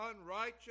unrighteous